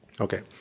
okay